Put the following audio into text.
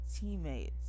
teammates